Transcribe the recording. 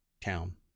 town